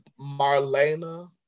Marlena